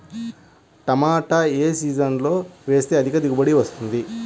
టమాటా ఏ సీజన్లో వేస్తే అధిక దిగుబడి వస్తుంది?